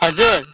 हजुर